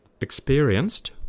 experienced